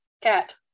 Cat